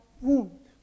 wound